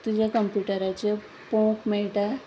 तुज्या कंप्युटराचेर पळोवंक मेळटा